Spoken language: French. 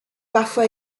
parfois